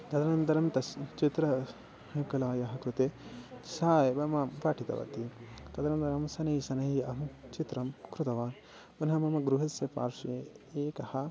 तदनन्तरं तस्य चित्रकलायाः कृते सा एव मां पाठितवती तदनन्तरं शनैः शनैः अहं चित्रं कृतवान् पुनः मम गृहस्य पार्श्वे एकः